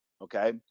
Okay